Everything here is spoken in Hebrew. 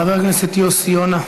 חבר הכנסת יוסי יונה,